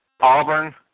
Auburn